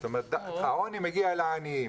זאת אומרת העוני מגיע לעניים.